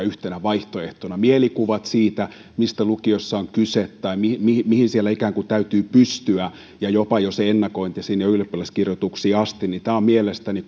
yhtenä vaihtoehtona mielikuvat siitä mistä lukiossa on kyse tai mihin mihin siellä ikään kuin täytyy pystyä ja jopa jo se ennakointi sinne ylioppilaskirjoituksiin asti tämä on mielestäni